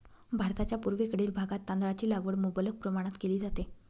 भारताच्या पूर्वेकडील भागात तांदळाची लागवड मुबलक प्रमाणात केली जाते